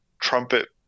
trumpet